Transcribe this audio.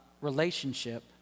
relationship